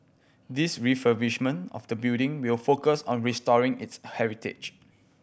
the refurbishment of the building will focus on restoring its heritage